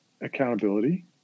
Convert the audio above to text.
accountability